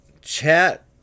chat